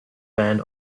band